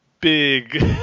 big